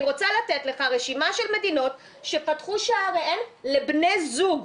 רוצה לתת לך רשימה של מדינות שפתחו שעריהן לבני זוג,